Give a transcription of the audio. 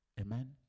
amen